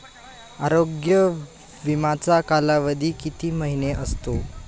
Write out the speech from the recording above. आरोग्य विमाचा कालावधी किती महिने असतो?